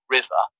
River